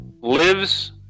lives